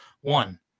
One